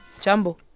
Jumbo